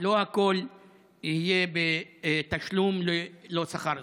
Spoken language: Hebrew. ושלא הכול יהיה ללא שכר.